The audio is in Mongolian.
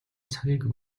цагийг